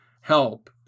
help